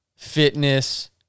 fitness